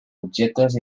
objectes